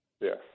Yes